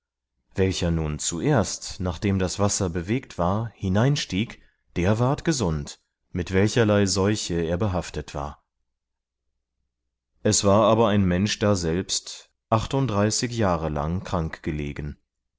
welcher nun zuerst nachdem das wasser bewegt war hineinstieg der ward gesund mit welcherlei seuche er behaftet war es war aber ein mensch daselbst achtunddreißig jahre lang krank gelegen